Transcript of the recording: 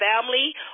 family